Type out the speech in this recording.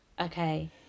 okay